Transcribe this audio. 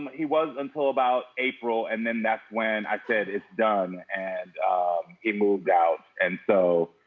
but he was until about april. and then that's when i said it's done and he moved out. and so,